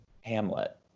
Hamlet